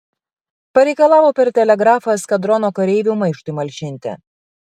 pareikalavo per telegrafą eskadrono kareivių maištui malšinti